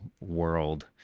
world